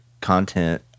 content